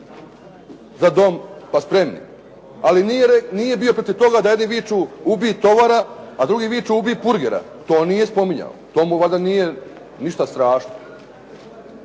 "Za dom" pa "Spremni" ali nije bio protiv toga da jedni viču "Ubij tovara" a drugi viču "Ubij purgera". To on nije spominjao, to mu valjda nije ništa strašno.